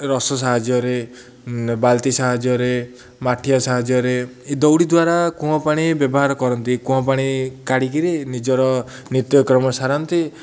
ରସ ସାହାଯ୍ୟରେ ବାଲ୍ଟି ସାହାଯ୍ୟରେ ମାଠିଆ ସାହାଯ୍ୟରେ ଏଇ ଦଉଡ଼ି ଦ୍ୱାରା କୂଅ ପାଣି ବ୍ୟବହାର କରନ୍ତି କୂଅ ପାଣି କାଢ଼ିକିରି ନିଜର ନିତ୍ୟକ୍ରମ ସାରାନ୍ତି